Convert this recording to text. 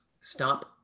Stop